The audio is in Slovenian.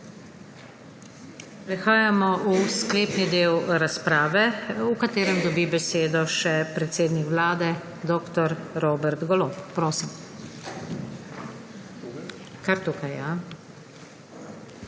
Prehajamo v sklepni del razprav, v katerem dobi besedo še predsednik Vlade dr. Robert Golob. Prosim. DR.